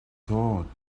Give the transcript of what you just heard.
thought